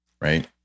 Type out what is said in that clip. Right